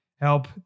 help